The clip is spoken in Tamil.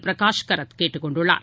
பிரகாஷ் காரத் கேட்டுக் கொண்டுள்ளார்